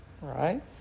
right